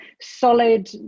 solid